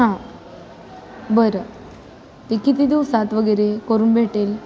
हां बरं ते किती दिवसात वगैरे करून भेटेल